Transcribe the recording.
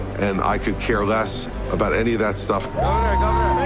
and i could care less about any of that stuff.